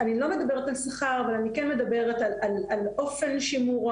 אתם יודעים עבדתי הרבה עם אלברט סופר בחיפה,